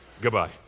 Goodbye